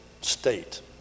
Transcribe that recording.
state